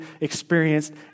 experienced